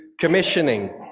commissioning